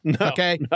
okay